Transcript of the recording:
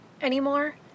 anymore